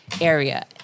area